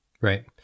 Right